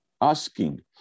Asking